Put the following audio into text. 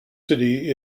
city